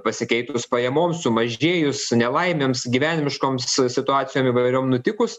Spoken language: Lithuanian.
pasikeitus pajamoms sumažėjus nelaimėms gyvenimiškoms situacijom įvairiom nutikus